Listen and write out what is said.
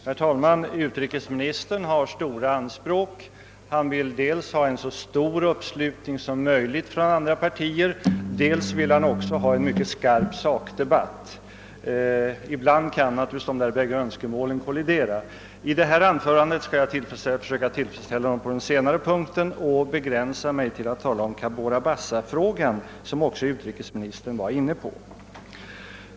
Herr talman! Utrikesministern har stora anspråk. Dels vill han ha en så stor uppslutning kring sin politik som möjligt från andra partier, dels vill han också ha en mycket skarp sakdebatt. Ibland kan naturligtvis dessa önskemål kollidera. I mitt anförande skall jag försöka tillfredsställa det senare önskemålet och begränsa mig till att tala om fallet Cabora Bassa, som också utrikesministern var inne på.